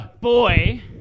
boy